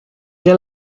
bien